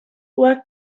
were